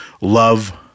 love